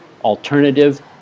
alternative